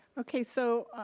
okay so,